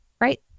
right